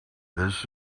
this